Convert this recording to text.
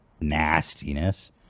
nastiness